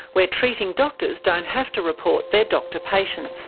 where treating doctors don't have to report their doctor patients